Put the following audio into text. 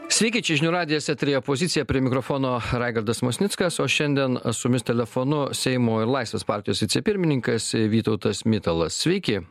sveiki čia žinių radijas eteryje pozicija prie mikrofono raigardas musnickas o šiandien aš jumis telefonu seimo ir laisvės partijos vicepirmininkas vytautas mitalas sveiki